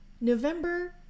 November